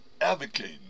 advocating